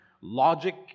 logic